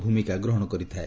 ଭୂମିକା ଗ୍ରହଣ କରିଥାଏ